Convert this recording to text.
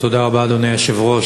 אדוני היושב-ראש,